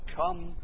come